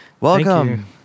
Welcome